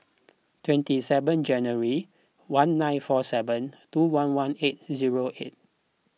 twenty seven January one nine four seven two one one eight zero eight